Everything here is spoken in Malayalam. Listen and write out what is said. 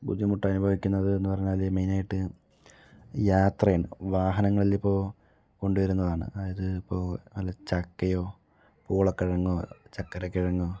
ബുദ്ധിമുട്ട് അനുഭവിക്കുന്നത് എന്ന് പറഞ്ഞാല് മെയിനായിട്ട് യാത്രയാണ് വാഹനങ്ങളിൽ ഇപ്പോൾ കൊണ്ട് വരുന്നതാണ് അതായത് ഇപ്പോൾ വല്ല ചക്കയോ പൂളക്കിഴങ്ങോ ചക്കര കിഴങ്ങോ